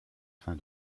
fins